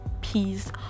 peace